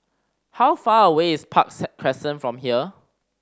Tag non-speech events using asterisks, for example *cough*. how far away is Park *unintelligible* Crescent from here